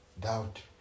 doubt